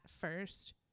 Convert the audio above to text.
first